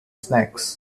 snacks